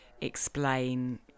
explain